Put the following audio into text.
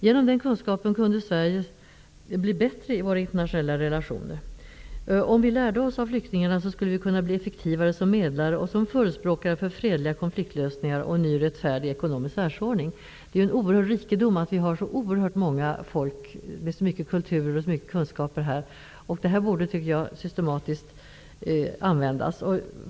Genom den kunskapen skulle vi i Sverige kunna bli bättre i våra internationella relationer. Om vi lärde oss av flyktingarna skulle vi kunna bli effektivare som medlare och som förespråkare för fredliga konfliktlösningar och en ny rättfärdig ekonomisk världsordning. Det är en oerhörd rikedom att vi har så många olika folkslag med så mycket kultur och så många kunskaper i Sverige. Det borde systematiskt användas.